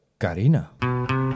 Karina